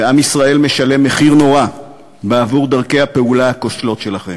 ועם ישראל משלם מחיר נורא על דרכי הפעולה הכושלות שלכם.